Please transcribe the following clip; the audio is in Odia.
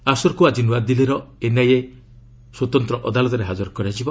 ଆସରକୁ ଆଜି ନ୍ତଆଦିଲ୍ଲୀର ଏନ୍ଆଇଏ ସ୍ୱତନ୍ତ୍ର ଅଦାଲତରେ ହାଜର କରାଯିବ